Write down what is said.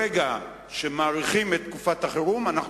ברגע שאנחנו מאריכים את תקופת החירום אנו